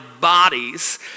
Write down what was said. bodies